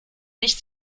nicht